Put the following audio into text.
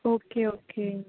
okay okay